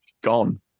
gone